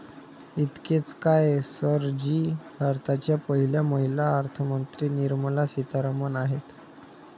इतकेच काय, सर जी भारताच्या पहिल्या महिला अर्थमंत्री निर्मला सीतारामन आहेत